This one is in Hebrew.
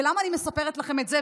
ולמה אני מספרת לכם את זה?